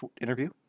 interview